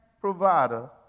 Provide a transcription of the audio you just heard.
provider